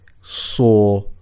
saw